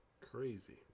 crazy